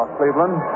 Cleveland